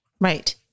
Right